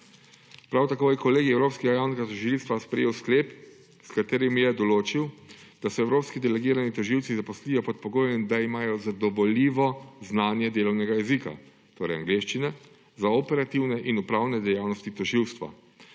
Prav tako je kolegij Evropskega javnega tožilstva sprejel sklep, s katerim je določil, da se evropski delegirani tožilci zaposlijo pod pogojem, da imajo zadovoljivo znanje delovnega jezika, torej angleščine, za operativne in upravne dejavnosti tožilstva.